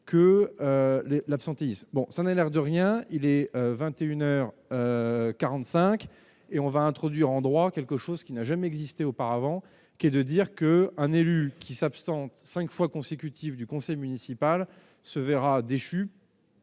que l'absentéisme, bon, ça n'a l'air de rien, il est 21 heures 45 et on va introduire en droit, quelque chose qui n'a jamais existé auparavant, qui est de dire que un élu qui s'absente 5 fois consécutives du conseil municipal se verra déchu.